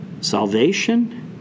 Salvation